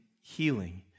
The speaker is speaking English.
healing